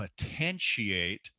potentiate